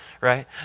right